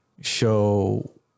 show